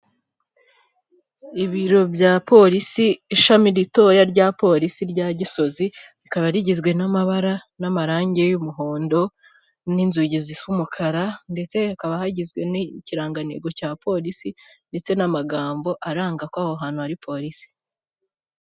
Mu muhanda hari abantu benshi bari guturuka mu mpande zitandukanye. Hari umuhanda w'abanyamaguru hejuru hari na kaburimbo iri kunyuramo moto hagati aho abantu ba bari kunyura cyangwa ku mpande z'uwo muhanda abanyamaguru bari kunyuramo hari inyubako ku ruhande rw'iburyo no kuhande rw'ibumoso hino hari ipoto.